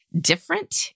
different